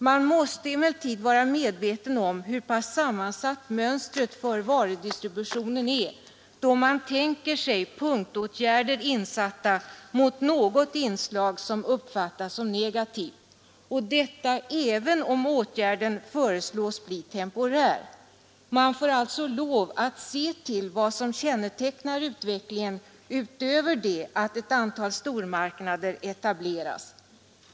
Man måste emellertid vara medveten om hur pass sammansatt mönstret för varudistributionen är, om man tänker sig punktåtgärder insatta mot något inslag som uppfattas som negativt — detta även om åtgärden föreslås bli temporär. Man får alltså lov att se till vad som kännetecknar utvecklingen utöver det att ett antal stormarknader etableras.